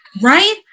right